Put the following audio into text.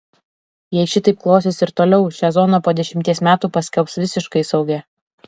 jei šitaip klosis ir toliau šią zoną po dešimties metų paskelbs visiškai saugia